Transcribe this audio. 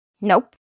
Nope